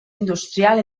industrial